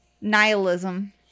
Nihilism